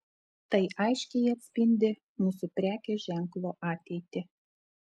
tai aiškiai atspindi mūsų prekės ženklo ateitį